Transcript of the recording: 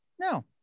no